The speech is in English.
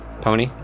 Pony